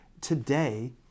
today